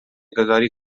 گذاری